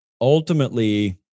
Ultimately